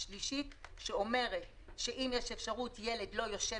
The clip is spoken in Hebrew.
השלישית אומרת שאם יש אפשרות ילד לא יושב